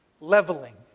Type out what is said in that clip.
Leveling